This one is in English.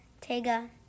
Tega